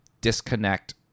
disconnect